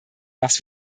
was